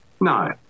no